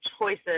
choices